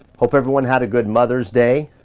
hope everyone had a good mother's day.